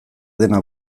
dena